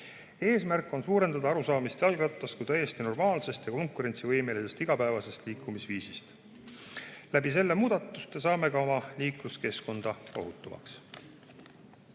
Eesmärk on suurendada arusaamist jalgrattast kui täiesti normaalsest ja konkurentsivõimelisest igapäevasest liikumisvahendist. Selle muudatuse kaudu saame ka oma liikluskeskkonda ohutumaks